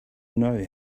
know